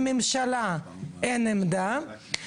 לממשלה אין עמדה,